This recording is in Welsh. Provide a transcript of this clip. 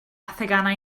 theganau